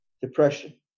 depression